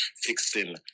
fixing